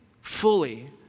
fully